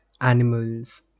animals